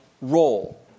role